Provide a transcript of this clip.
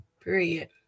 period